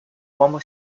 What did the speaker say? uomo